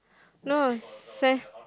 no sa~